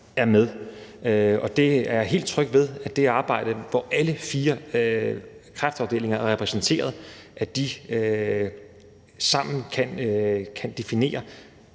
er med, og jeg er helt tryg ved, at i forhold til det arbejde, hvor alle fire kræftafdelinger er repræsenteret, kan de sammen definere,